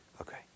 Okay